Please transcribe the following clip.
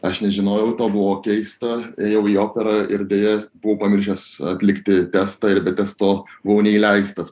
aš nežinojau to buvo keista ėjau į operą ir deja buvau pamiršęs atlikti testą ir be testo buvau neįleistas